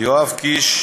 יואב קיש,